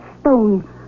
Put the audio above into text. stone